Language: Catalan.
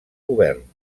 govern